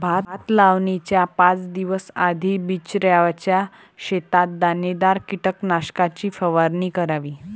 भात लावणीच्या पाच दिवस आधी बिचऱ्याच्या शेतात दाणेदार कीटकनाशकाची फवारणी करावी